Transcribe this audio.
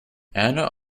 anna